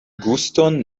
guston